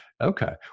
Okay